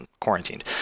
quarantined